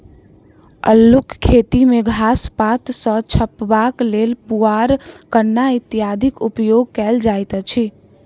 अल्लूक खेती मे घास पात सॅ झपबाक लेल पुआर, कन्ना इत्यादिक उपयोग कयल जाइत अछि